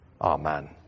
Amen